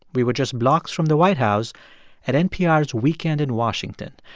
we were just blocks from the white house at npr's weekend in washington.